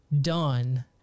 done